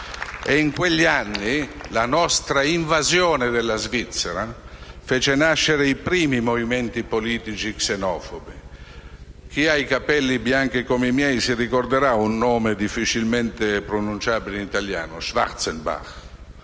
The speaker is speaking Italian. in quegli anni la nostra invasione della Svizzera fece nascere i primi movimenti politici xenofobi. Chi ha i capelli bianchi come me ricorderà un nome difficilmente pronunciabile in italiano: Schwarzenbach.